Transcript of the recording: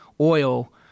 oil